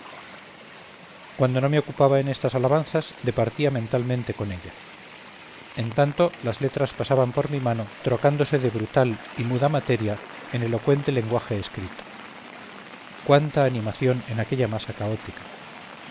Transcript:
cuando no me ocupaba en estas alabanzas departía mentalmente con ella en tanto las letras pasaban por mi mano trocándose de brutal y muda materia en elocuente lenguaje escrito cuánta animación en aquella masa caótica